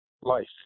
life